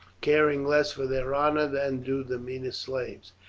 caring less for their honour than do the meanest slaves,